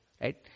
right